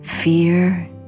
Fear